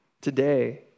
today